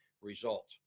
result